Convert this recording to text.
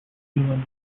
zealand